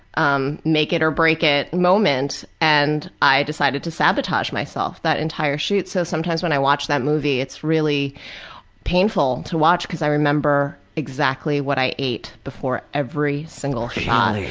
um make it or break it moment, and i decided to sabotage myself that entire shoot. so sometimes when i watch that movie it's really painful to watch because i remember exactly what i ate before every single shot.